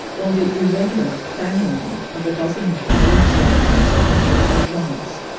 or the irregular clanging of a dozen of all sorts and sizes at once,